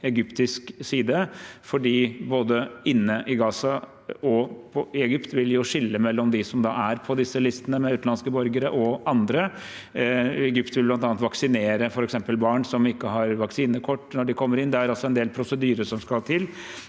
og både Gaza og Egypt vil skille mellom dem som er på disse listene med utenlandske borgere, og andre. Egypt vil bl.a. vaksinere barn som ikke har vaksinekort når de kommer inn. Det er altså en del prosedyrer som skal til.